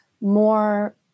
more